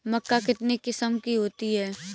मक्का कितने किस्म की होती है?